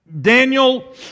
Daniel